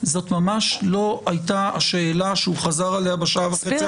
זאת ממש לא הייתה השאלה שהוא חזר עליה בשעה וחצי האחרונות.